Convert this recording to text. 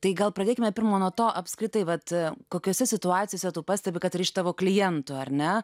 tai gal pradėkime pirma nuo to apskritai vat kokiose situacijose tu pastebi kad ir iš tavo klientų ar ne